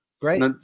Great